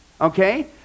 Okay